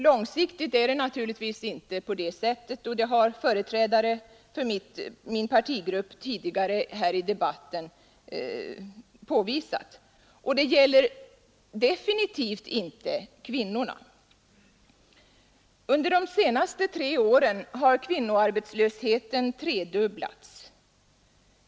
Långsiktigt är det naturligtvis inte på det sättet, och det har företrädare för min partigrupp här i debatten påvisat. Och det gäller definitivt inte kvinnorna. Under de senaste tre åren har kvinnoarbetslösheten tredubblats.